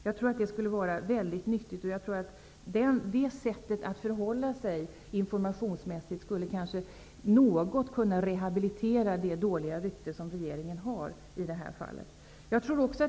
Jag tror att det skulle vara väldigt nyttigt och att det sättet att informationsmässigt förhålla sig kanske något skulle kunna rehabilitera det dåliga rykte som regeringen har i detta fall.